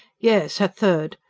yes. her third,